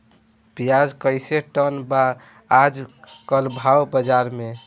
प्याज कइसे टन बा आज कल भाव बाज़ार मे?